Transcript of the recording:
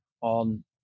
on